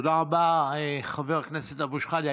תודה רבה, חבר הכנסת אבו שחאדה.